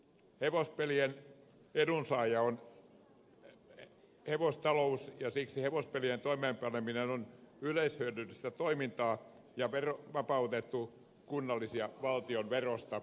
hevospelien edunsaaja on hevostalous ja siksi hevospelien toimeenpaneminen on yleishyödyllistä toimintaa ja vapautettu kunnallis ja valtionverosta